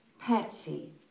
Patsy